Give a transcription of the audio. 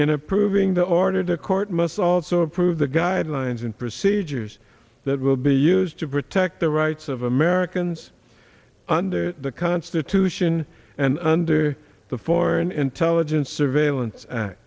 in approving the order the court must also approve the guidelines and procedures that will be used to protect the rights of americans under the constitution and under the foreign intelligence surveillance a